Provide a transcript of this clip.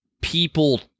people